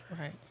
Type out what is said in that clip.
Right